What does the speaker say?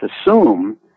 assume